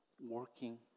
working